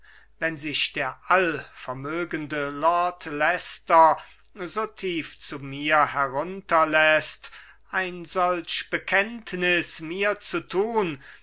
wenn sich der allvermögende lord leicester so tief zu mir herunterläßt ein solch bekenntnis mir zu tun